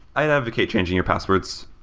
i'd advocate changing your passwords.